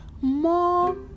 more